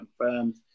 confirmed